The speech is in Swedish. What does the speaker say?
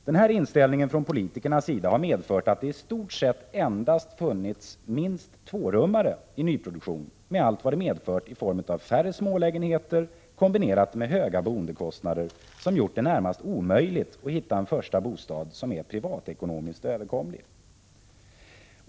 Den här inställningen hos politikerna har medfört att det i stort sett endast funnits minst tvårummare i nyproduktion, med allt vad det medfört i form av färre smålägenheter, kombinerat med höga boendekostnader som gjort det närmast omöjligt att hitta en första bostad som är privatekonomiskt överkomlig.